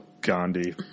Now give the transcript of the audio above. Gandhi